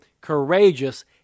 courageous